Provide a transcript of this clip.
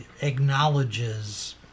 acknowledges